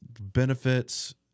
benefits